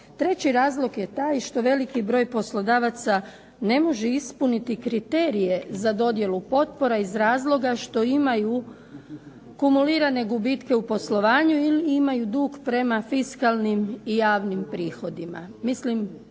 Treći razlog je taj što veliki broj poslodavaca ne može ispuniti kriterije za dodjelu potpora iz razloga što imaju kumulirane gubitke u poslovanju ili imaju dug prema fiskalnim i javnim prihodima. Mislim